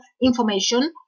information